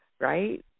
right